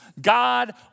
God